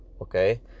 okay